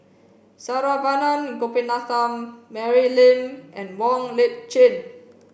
Saravanan Gopinathan Mary Lim and Wong Lip Chin